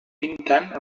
pintant